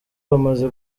bamaze